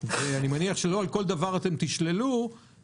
ואני מניח שלא על כל דבר אתם תשללו את הרישיון.